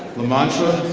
lamontra